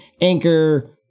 Anchor